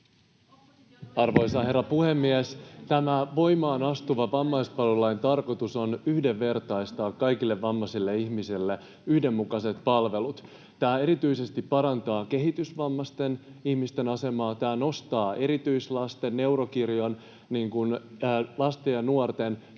Arvoisa herra puhemies! Tämän voimaan astuvan vammaispalvelulain tarkoitus on yhdenvertaistaa kaikille vammaisille ihmisille yhdenmukaiset palvelut. Tämä parantaa erityisesti kehitysvammaisten ihmisten asemaa, ja tämä nostaa erityislasten, neurokirjon lasten ja nuorten